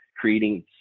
creating